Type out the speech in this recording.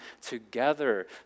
together